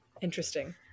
Interesting